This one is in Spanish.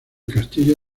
castillo